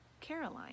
Caroline